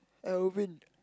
Alvin